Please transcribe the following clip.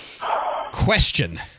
Question